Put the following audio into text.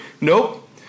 nope